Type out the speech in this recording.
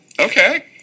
Okay